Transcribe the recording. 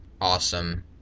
awesome